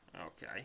Okay